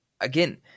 again